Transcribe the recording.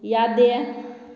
ꯌꯥꯗꯦ